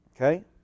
Okay